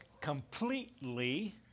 completely